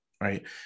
Right